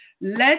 Let